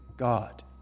God